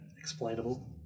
explainable